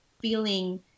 feeling